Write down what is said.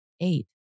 eight